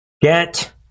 get